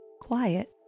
Quiet